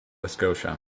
scotia